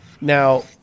Now